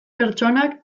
pertsonak